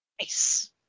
Nice